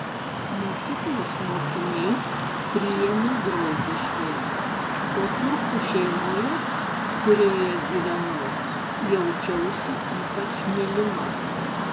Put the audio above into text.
mokyklos mokiniai priėmė draugiškai o turkų šeimoje kurioje gyvenau jaučiausi ypač mylima